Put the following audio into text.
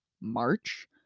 March